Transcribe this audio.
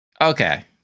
okay